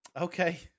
Okay